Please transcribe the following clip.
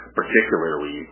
particularly